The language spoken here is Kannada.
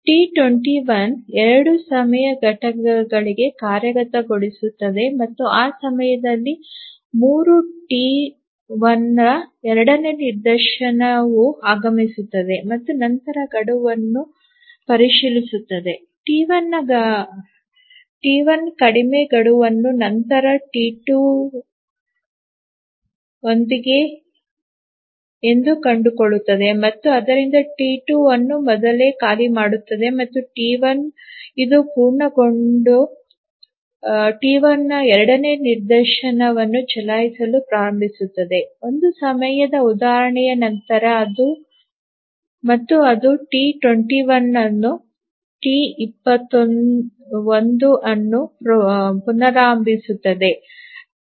ಟಿ 21 2 ಸಮಯ ಘಟಕಗಳಿಗೆ ಕಾರ್ಯಗತಗೊಳಿಸುತ್ತದೆ ಮತ್ತು ಆ ಸಮಯದಲ್ಲಿ 3 ಟಿ 1 ರ ಎರಡನೇ ನಿದರ್ಶನವು ಆಗಮಿಸುತ್ತದೆ ಮತ್ತು ನಂತರ ಗಡುವನ್ನು ಪರಿಶೀಲಿಸುತ್ತದೆ ಮತ್ತು ಟಿ 1 ಕಡಿಮೆ ಗಡುವನ್ನು ನಂತರ ಟಿ 2 ಹೊಂದಿದೆ ಎಂದು ಕಂಡುಕೊಳ್ಳುತ್ತದೆ ಮತ್ತು ಆದ್ದರಿಂದ ಟಿ 2 ಅನ್ನು ಮೊದಲೇ ಖಾಲಿ ಮಾಡುತ್ತದೆ ಮತ್ತು ಟಿ 1 ಇದು ಪೂರ್ಣಗೊಂಡ ಟಿ 1 ನ ಎರಡನೇ ನಿದರ್ಶನವನ್ನು ಚಲಾಯಿಸಲು ಪ್ರಾರಂಭಿಸುತ್ತದೆ ಒಂದು ಸಮಯದ ಉದಾಹರಣೆಯ ನಂತರ ಮತ್ತು ಅದು T21 ಅನ್ನು ಪುನರಾರಂಭಿಸುತ್ತದೆ